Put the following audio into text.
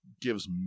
gives